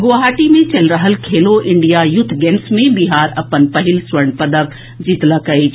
गुवाहाटी मे चलि रहल खेलो इंडिया यूथ गेम्स मे बिहार अपन पहिल स्वर्ण पदक जीतलक अछि